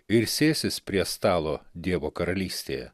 ir sėsis prie stalo dievo karalystėje